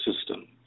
system